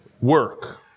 work